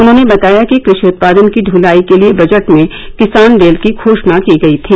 उन्होंने बताया कि कृषि उत्पादन की दलाई के लिए बजट में किसान रेल की घोषणा की गई थी